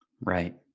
Right